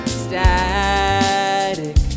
static